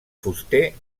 fuster